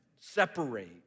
Separate